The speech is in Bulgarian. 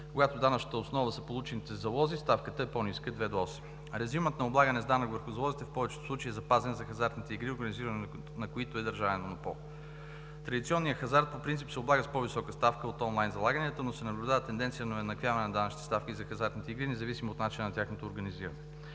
Когато данъчната основа са получените залози, ставката е по-ниска – 2 до 8. Режимът на облагане с данък върху залозите в повечето случаи е запазен за хазартните игри, организирането на които е държавен монопол. Традиционният хазарт по принцип се облага с по-висока ставка от онлайн залаганията, но се наблюдава тенденция на уеднаквяване на данъчните ставки за хазартните игри, независимо от начина на тяхното организиране.